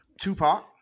Tupac